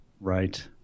Right